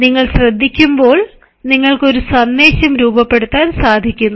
നിങ്ങൾ ശ്രദ്ധിക്കുമ്പോൾ നിങ്ങൾക്ക് ഒരു സന്ദേശം രൂപപ്പെടുത്താൻ സാധിക്കുന്നു